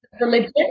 religion